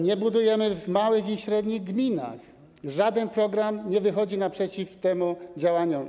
Nie budujemy w małych i średnich gminach, żaden program nie wychodzi naprzeciw temu w działaniach.